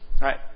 Right